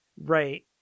Right